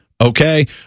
Okay